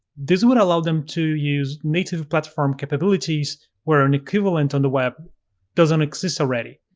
this would allow them to use native platform capabilities where an equivalent on the web doesn't exist already.